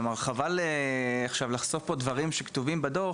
כלומר חבל עכשיו לחשוף פה דברים שכתובים בדוח,